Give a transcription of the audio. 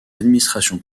administrations